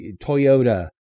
Toyota